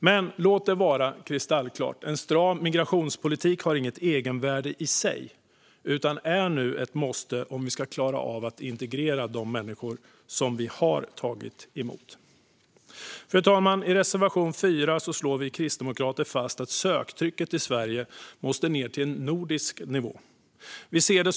Men låt det vara kristallklart att en stram migrationspolitik inte har något egenvärde i sig; den är nu i stället ett måste om vi ska klara av att integrera de människor som vi har tagit emot. Fru talman! I reservation 4 slår vi kristdemokrater fast att söktrycket till Sverige måste ned till en nordisk nivå.